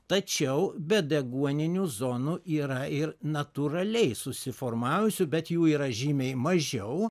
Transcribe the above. tačiau bedeguoninių zonų yra ir natūraliai susiformavusių bet jų yra žymiai mažiau